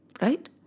Right